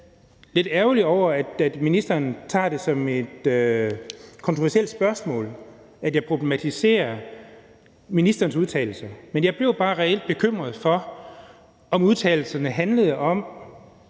lidt ærgerlig over, at ministeren tager det som noget kontroversielt, når jeg problematiserer ministerens udtalelse. Men jeg blev bare reelt bekymret for – ja, undskyld, men